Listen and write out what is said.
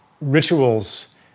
Rituals